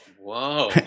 Whoa